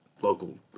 local